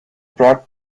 brought